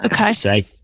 Okay